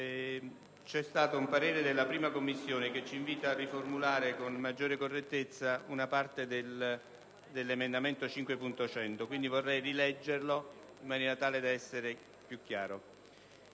Presidente, un parere della 1a Commissione ci invita a riformulare con maggiore correttezza una parte dell'emendamento 5.100. Quindi vorrei rileggerlo in maniera tale da essere più chiaro: